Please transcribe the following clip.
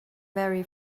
very